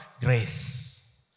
Grace